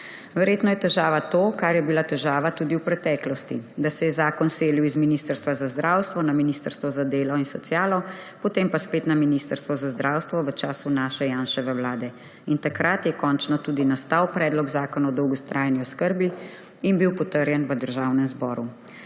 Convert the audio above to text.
Verjetno je težava to, kar je bila težava tudi v preteklosti, da se je zakon selil z ministrstva za zdravstvo na ministrstvo za delo in socialo, potem pa spet na ministrstvo za zdravstvo v času Janševe vlade in takrat je končno tudi nastal predlog zakona o dolgotrajni oskrbi in bil potrjen v Državnem zboru.